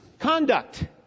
Conduct